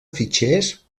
fitxers